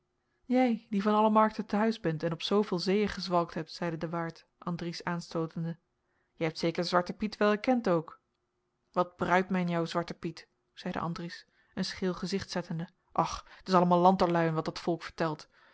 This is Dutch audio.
jij die van alle markten te huis bent en op zooveel zeeën gezwalkt hebt zeide de waard andries aanstootende jij hebt zeker zwarten piet wel ekend ook wat bruit mijn jou zwarte piet zeide andries een scheel gezicht zettende och t is allemaal lanterluien wat dat volk vertelt